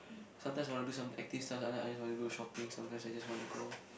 sometimes I want to do some active stuff sometimes I want to do shopping sometimes I just want to go